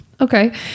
okay